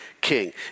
king